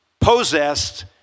possessed